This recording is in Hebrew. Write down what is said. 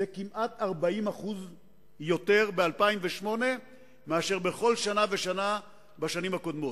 זה כמעט 40% יותר ב-2008 מאשר בכל שנה ושנה בשנים הקודמות.